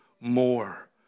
more